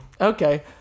Okay